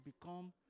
become